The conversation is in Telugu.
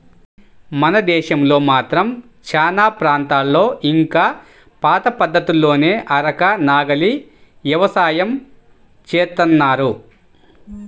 మన దేశంలో మాత్రం చానా ప్రాంతాల్లో ఇంకా పాత పద్ధతుల్లోనే అరక, నాగలి యవసాయం జేత్తన్నారు